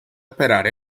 esperar